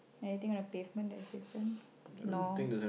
anything on the pavement that's different no